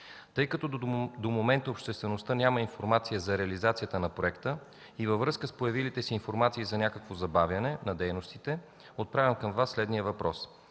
Тъй като до момента обществеността няма информация за реализацията на проекта и във връзка с появилите се информации за забавяне на дейностите, отправям към Вас въпроса: